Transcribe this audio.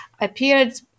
appeared